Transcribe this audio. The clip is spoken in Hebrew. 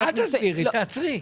אל תסבירי, תעצרי.